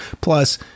Plus